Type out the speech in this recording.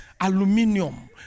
Aluminium